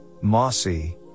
mossy